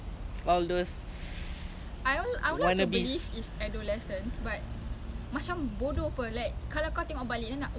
same sama ya true true